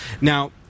now